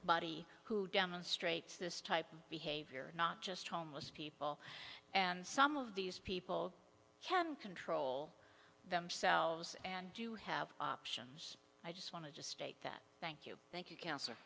body who demonstrates this type of behavior not just homeless people and some of these people can control themselves and do have options i just wanted to state that thank you thank you cancer